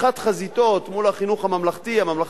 פתיחת חזיתות מול החינוך הממלכתי,